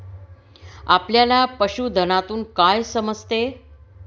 आपल्याला पशुधनातून काय समजते?